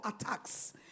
attacks